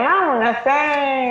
אמרנו שנעשה,